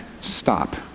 Stop